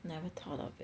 never thought of it